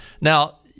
now